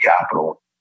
Capital